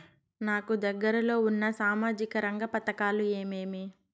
నాకు దగ్గర లో ఉన్న సామాజిక రంగ పథకాలు ఏమేమీ?